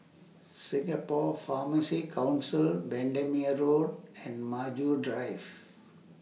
Singapore Pharmacy Council Bendemeer Road and Maju Drive